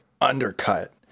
undercut